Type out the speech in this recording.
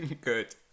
Good